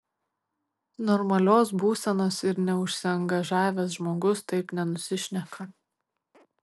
normalios būsenos ir neužsiangažavęs žmogus taip nenusišneka